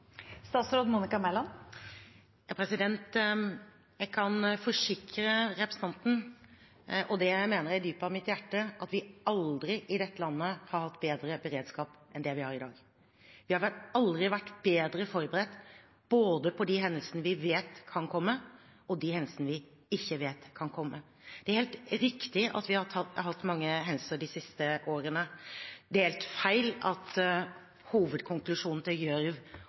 Jeg kan forsikre representanten om – og det mener jeg i dypet av mitt hjerte – at vi i dette landet aldri har hatt bedre beredskap enn det vi har i dag. Vi har aldri vært bedre forberedt både på de hendelsene vi vet kan komme, og de hendelsene vi ikke vet kan komme. Det er helt riktig at vi har hatt mange hendelser de siste årene. Det er helt feil at hovedkonklusjonen til